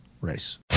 race